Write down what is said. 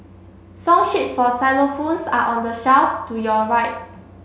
song sheets for xylophones are on the shelf to your right